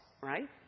right